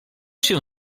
się